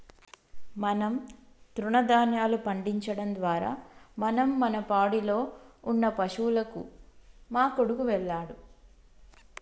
మనం తృణదాన్యాలు పండించడం ద్వారా మనం మన పాడిలో ఉన్న పశువులకు మా కొడుకు వెళ్ళాడు